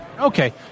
Okay